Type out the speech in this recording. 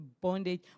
bondage